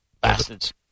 Bastards